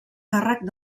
càrrec